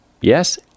Yes